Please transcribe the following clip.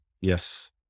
yes